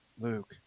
luke